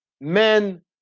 men